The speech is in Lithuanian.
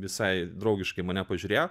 visai draugiškai mane pažiūrėjo